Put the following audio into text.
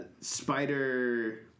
Spider